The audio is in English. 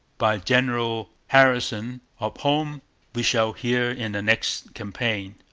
by general harrison, of whom we shall hear in the next campaign.